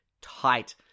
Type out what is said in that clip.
tight